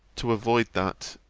to avoid that,